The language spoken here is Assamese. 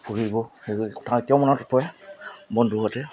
ফুৰিব সেই কথা এতিয়াও মনত পৰে বন্ধুৰ সৈতে